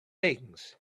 things